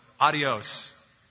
adios